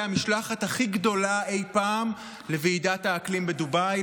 המשלחת הכי גדולה אי פעם לוועידת האקלים בדובאי,